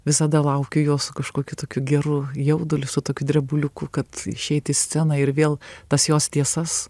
visada laukiu jo su kažkokiu tokiu geru jauduliu su tokiu drebuliuku kad išeit į sceną ir vėl tas jos tiesas